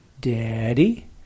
Daddy